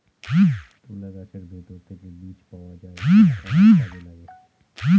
তুলা গাছের ভেতর থেকে বীজ পাওয়া যায় যা অনেক কাজে লাগে